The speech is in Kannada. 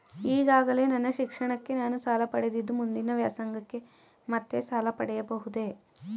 ಈಗಾಗಲೇ ನನ್ನ ಶಿಕ್ಷಣಕ್ಕೆ ನಾನು ಸಾಲ ಪಡೆದಿದ್ದು ಮುಂದಿನ ವ್ಯಾಸಂಗಕ್ಕೆ ಮತ್ತೆ ಸಾಲ ಪಡೆಯಬಹುದೇ?